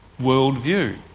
worldview